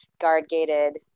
guard-gated